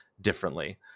differently